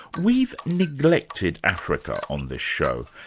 we've neglected africa on this show,